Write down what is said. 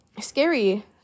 scary